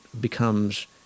becomes